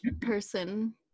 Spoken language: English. person